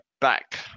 back